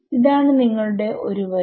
ഇതാണ് നിങ്ങളുടെ ഒരു വരി